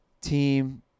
team